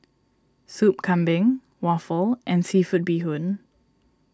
Soup Kambing Waffle and Seafood Bee Hoon